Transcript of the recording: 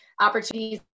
opportunities